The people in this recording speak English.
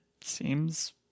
seems